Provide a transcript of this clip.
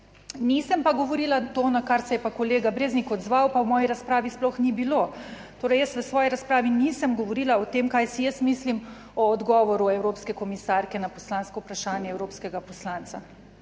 Nisem pa govorila. To, na kar se je pa kolega Breznik odzval, pa v moji razpravi sploh ni bilo. **26. TRAK: (SC) – 11.55** (nadaljevanje) Torej, jaz v svoji razpravi nisem govorila o tem, kaj si jaz mislim o odgovoru evropske komisarke na poslansko vprašanje evropskega poslanca.